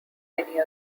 many